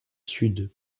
sud